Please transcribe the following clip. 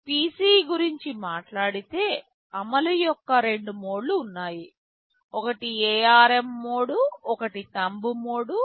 PC గురించి మాట్లాడితే అమలు యొక్క రెండు మోడ్ లు ఉన్నాయి ఒకటి ARM మోడ్ ఒకటి థంబ్ మోడ్